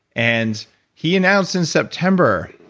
and he announced in september,